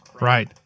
Right